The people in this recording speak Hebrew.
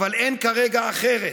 אבל אין כרגע אחרת.